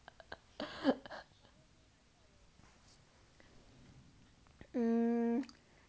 mm